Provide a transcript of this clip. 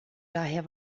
daher